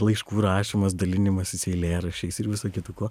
laiškų rašymas dalinimasis eilėraščiais ir visu kitu kuo